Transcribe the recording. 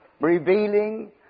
revealing